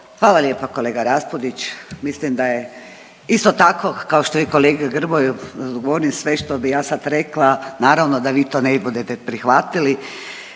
Hvala lijepa kolega Raspudić. Mislim da je isto tako kao što i kolegi Grmoju govorim sve što bih ja sad rekla naravno da vi to ne budete prihvatili.